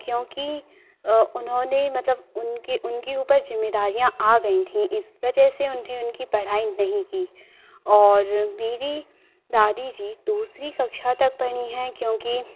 क्योंकि उन्होंने मतलब उनके उनके ऊपर ज़िम्मेदारियाँ आ गई थीं इस वजह से उन्हें उनकी पढ़ाई नहीं की और मेरी दादी जी दूसरी कक्षा तक पढ़ी हैं क्योंकि